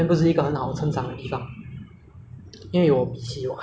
uh 亲戚他们好像过得比较开心一点 ah